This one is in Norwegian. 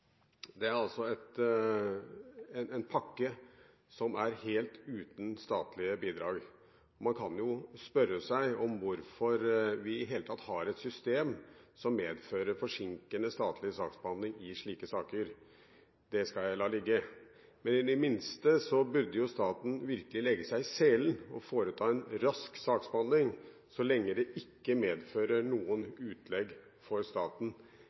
er altså en pakke som er helt uten statlige bidrag. Man kan jo spørre seg hvorfor vi i det hele tatt har et system som medfører forsinkende, statlig saksbehandling i slike saker – det skal jeg la ligge – men i det minste burde staten virkelig legge seg i selen og foreta en rask saksbehandling så lenge det ikke medfører noen utlegg for staten.